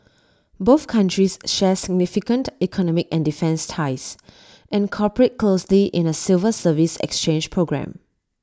both countries share significant economic and defence ties and cooperate closely in A civil service exchange programme